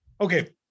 Okay